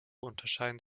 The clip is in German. unterscheiden